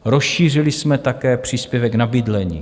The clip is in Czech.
Rozšířili jsme také příspěvek na bydlení.